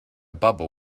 bubble